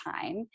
time